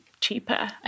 cheaper